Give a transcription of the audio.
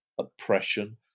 Oppression